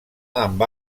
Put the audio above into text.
amb